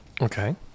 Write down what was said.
Okay